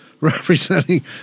representing